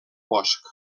bosc